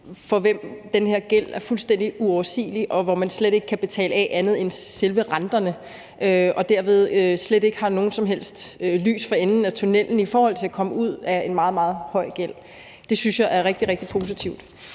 for hvem den her gæld er fuldstændig uoverstigelig, og hvor man slet ikke kan betale af på andet end selve renterne og derved slet ikke kan se noget lys for enden af tunnellen i forhold til at komme ud af en meget, meget høj gæld. Så det forslag synes jeg er rigtig, rigtig positivt.